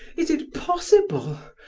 is it possible?